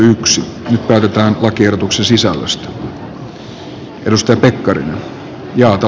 nyt päätetään lakiehdotuksen sisällöstä